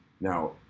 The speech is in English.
Now